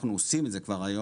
אנחנו עושים את זה כבר היום,